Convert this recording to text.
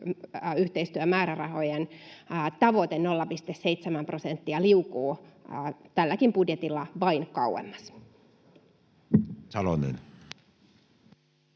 kehitysyhteistyömäärärahojen tavoite, 0,7 prosenttia, liukuu tälläkin budjetilla vain kauemmas. [Speech